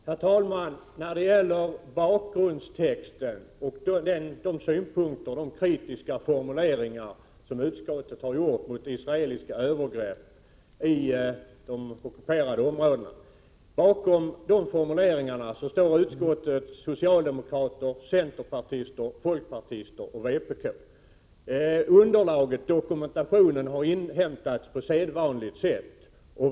Herr talman! Bakom bakgrundstexten och utskottets kritiska formuleringar mot israeliska övergrepp i de ockuperade områdena står socialdemokrater, centerpartister, folkpartister och vpk. Underlaget för dokumentationen har inhämtats på sedvanligt sätt.